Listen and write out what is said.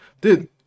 dude